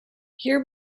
here